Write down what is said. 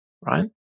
right